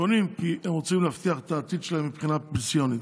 קונים כי הם רוצים להבטיח את העתיד שלהם מבחינה פנסיונית.